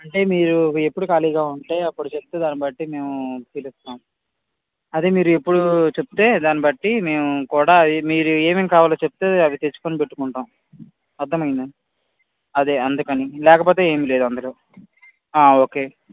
అంటే మీరు ఎప్పుడు ఖాళీగా ఉంటే అప్పుడు చెప్తే దాని బట్టి మేము పిలుస్తాము అదే మీరు ఎప్పుడు చెప్తే దాని బట్టి మేము కూడా మీరు ఏమేమి కావాలో చెబితే అవి తెచ్చుకొని పెట్టుకుంటాము అర్థమైందా అదే అందుకని లేకపోతే ఏమీ లేదు అందులో ఓకే